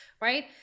right